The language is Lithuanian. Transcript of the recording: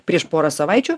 prieš porą savaičių